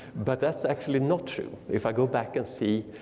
but that's actually not true. if i go back and see,